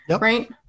Right